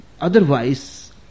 Otherwise